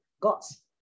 God's